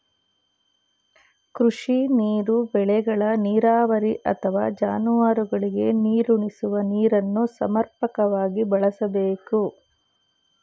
ಕೃಷಿ ನೀರು ಬೆಳೆಗಳ ನೀರಾವರಿ ಅಥವಾ ಜಾನುವಾರುಗಳಿಗೆ ನೀರುಣಿಸುವ ನೀರನ್ನು ಸಮರ್ಪಕವಾಗಿ ಬಳಸ್ಬೇಕು